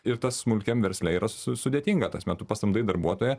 ir tas smulkiam versle yra sudėtinga tasme tu pasamdai darbuotoją